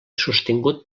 sostingut